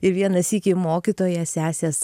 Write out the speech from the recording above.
ir vieną sykį mokytoja sesės